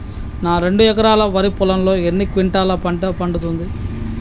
నా రెండు ఎకరాల వరి పొలంలో ఎన్ని క్వింటాలా పంట పండుతది?